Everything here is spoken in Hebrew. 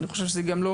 אני חושב שזה גם לא